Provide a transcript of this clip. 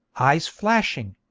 eyes flashing.